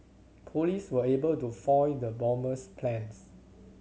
police were able to foil the bomber's plans